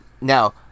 now